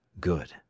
Good